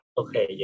okay